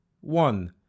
One